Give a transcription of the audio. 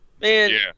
Man